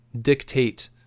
dictate